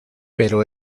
pero